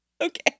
Okay